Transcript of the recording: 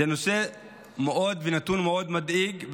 זה נושא ונתון מאוד מדאיגים,